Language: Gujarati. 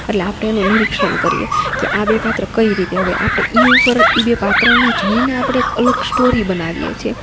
એટલે આપડે એનો નિરીક્ષણ કરીએ કે આ બે પાત્ર કઈ રીતે હવે આપડે ઈ ઉપર ઈ બે પાત્રને જોઈને આપડે એક અલગ સ્ટોરી બનાવીએ છીએ